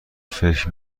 فکر